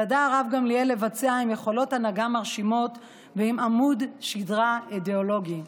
ידע הרב גמליאל לבצע עם יכולות הנהגה מרשימות ועם עמוד שדרה אידיאולוגי.